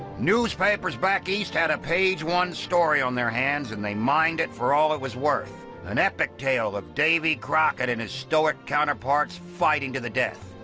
newspapers back east had a page one story on their hands and they mined it for all it was worth an epic tale of davy crockett and his stoic counterparts fighting to the death.